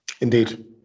Indeed